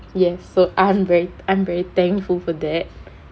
ya so I'm very I'm very thankful for that